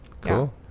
cool